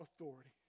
authority